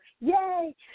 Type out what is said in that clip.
yay